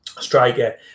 striker